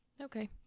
Okay